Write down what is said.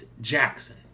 Jackson